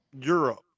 Europe